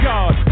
God